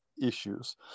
issues